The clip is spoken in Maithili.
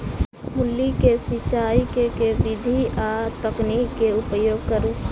मूली केँ सिचाई केँ के विधि आ तकनीक केँ उपयोग करू?